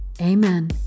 Amen